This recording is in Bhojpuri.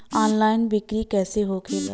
ऑनलाइन बिक्री कैसे होखेला?